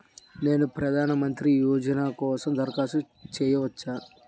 నేను ప్రధాన మంత్రి యోజన కోసం దరఖాస్తు చేయవచ్చా?